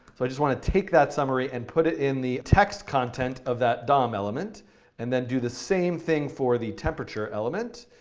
so i just want to take that summary and put it in the text content of that dom element and then do the same thing for the temperature element.